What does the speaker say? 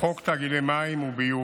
חוק תאגידי מים וביוב.